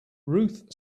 ruth